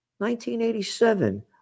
1987